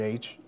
Age